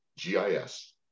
gis